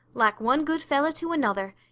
like one good fellow to another,